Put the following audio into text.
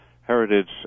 heritage